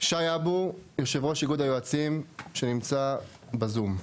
שי אבו, יושב ראש איגוד היועצים, שנמצא בזום.